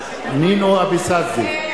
בעד נינו אבסדזה,